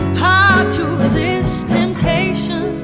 hard to resist temptation